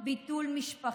את ביטול משפטו.